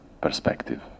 perspective